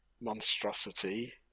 monstrosity